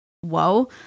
whoa